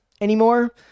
anymore